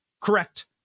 correct